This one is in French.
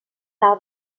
par